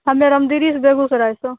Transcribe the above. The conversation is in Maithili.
हमे रामदेरीसँ बेगूसरायसँ